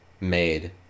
made